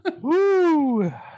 Woo